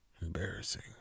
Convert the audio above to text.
Embarrassing